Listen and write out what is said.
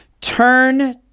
turn